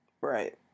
Right